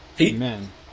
Amen